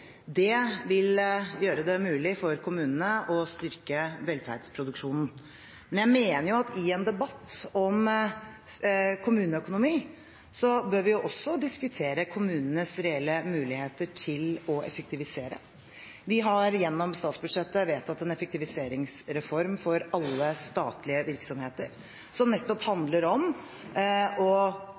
Det vil gjøre det mulig for kommunene å styrke velferdsproduksjonen. Jeg mener at i en debatt om kommuneøkonomi bør vi også diskutere kommunenes reelle muligheter til å effektivisere. Vi har gjennom statsbudsjettet vedtatt en effektiviseringsreform for alle statlige virksomheter, noe som nettopp handler om å pålegge etater å bruke pengene smartere og